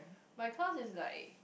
my class is like